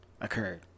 occurred